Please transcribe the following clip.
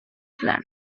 plan